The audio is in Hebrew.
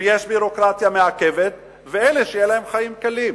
ויש ביורוקרטיה מעכבת, ואלה שיהיו להם חיים קלים.